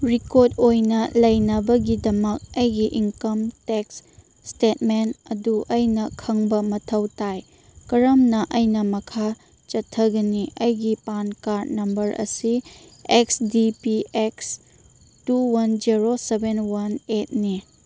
record ꯑꯣꯏꯅ ꯂꯩꯅꯕꯒꯤꯗꯃꯛ ꯑꯩꯒꯤ ꯏꯪꯀꯝ ꯇꯦꯛꯁ ꯏꯁꯇꯦꯠꯃꯦꯟ ꯑꯗꯨ ꯑꯩꯅ ꯈꯪꯕ ꯃꯊꯧ ꯇꯥꯏ ꯀꯔꯝꯅ ꯑꯩꯅ ꯃꯈꯥ ꯆꯠꯊꯒꯅꯤ ꯑꯩꯒꯤ ꯄꯥꯟ ꯀꯥꯔꯠ ꯅꯝꯕꯔ ꯑꯁꯤ X D P X two one zero seven one ꯑꯩꯠꯅꯤ